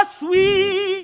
sweet